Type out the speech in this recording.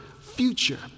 future